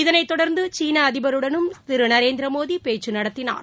இதனைத் தொடர்ந்துசீனஅதிபருடனும் திருநரேந்திரமோடிபேச்சுநடத்தினார்